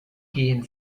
gehen